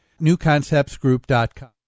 newconceptsgroup.com